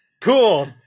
cool